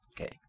Okay